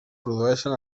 produeixen